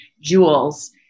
jewels